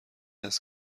است